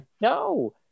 No